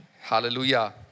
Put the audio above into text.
Hallelujah